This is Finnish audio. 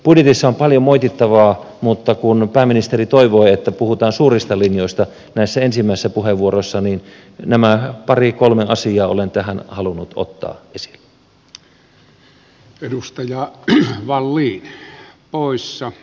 budjetissa on paljon moitittavaa mutta kun pääministeri toivoi että puhutaan suurista linjoista näissä ensimmäisissä puheenvuoroissa niin nämä pari kolme asiaa olen tässä halunnut ottaa esille